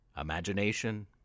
imagination